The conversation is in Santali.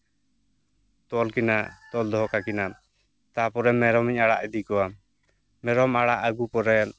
ᱛᱚᱞ ᱠᱤᱱᱟ ᱛᱚᱞ ᱫᱚᱦᱚᱸ ᱠᱟᱠᱤᱱᱟ ᱛᱟᱯᱚᱨᱮ ᱢᱮᱨᱚᱢᱤᱧ ᱟᱲᱟᱜ ᱤᱫᱤ ᱠᱚᱣᱟ ᱢᱮᱨᱚᱢ ᱟᱲᱟᱜ ᱟᱜᱩ ᱯᱚᱨᱮ